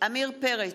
עמיר פרץ,